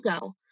go